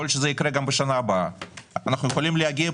לגבי